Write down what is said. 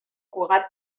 cugat